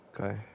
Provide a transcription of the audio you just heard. Okay